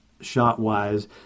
shot-wise